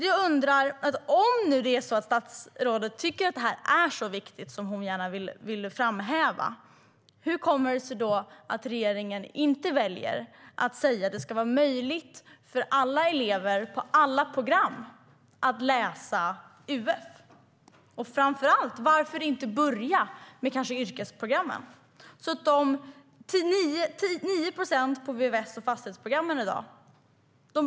Om det nu är så att statsrådet tycker att det här är så viktigt som hon gärna vill framhäva, hur kommer det sig då att regeringen inte väljer att säga att det ska vara möjligt för elever på alla program att läsa UF? Och framför allt: Varför inte börja med yrkesprogrammen? I dag är det 9 procent på vvs och fastighetsprogrammen som läser UF.